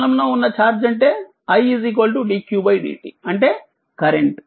చలనంలో ఉన్న ఛార్జ్ అంటే idqdt అంటే కరెంట్